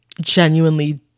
genuinely